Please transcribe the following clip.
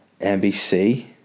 NBC